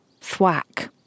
Thwack